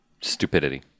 stupidity